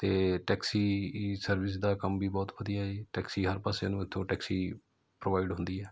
ਅਤੇ taxi service ਦਾ ਕੰਮ ਵੀ ਬਹੁਤ ਵਧੀਆ ਜੀ ਟੈਕਸੀ ਹਰ ਪਾਸੇ ਨੂੰ ਇੱਥੋਂ ਟੈਕਸੀ ਪ੍ਰੋਵਾਈਡ ਹੁੰਦੀ ਆ